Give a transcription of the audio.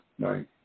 Right